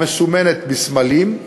המסומנת בסמלים,